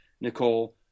Nicole